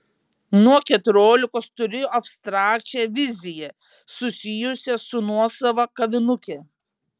nuo keturiolikos turėjau abstrakčią viziją susijusią su nuosava kavinuke